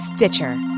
Stitcher